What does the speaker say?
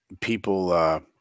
people –